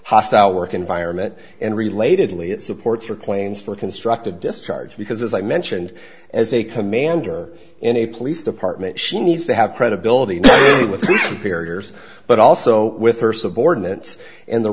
hostile work environment and related lee it supports your claims for constructive discharge because as i mentioned as a commander in a police department she needs to have credibility with the barriers but also with her subordinates and the